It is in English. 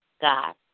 God